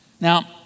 Now